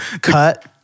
cut